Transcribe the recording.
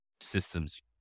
systems